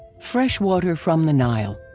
fresh water from the nile.